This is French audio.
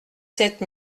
sept